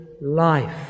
life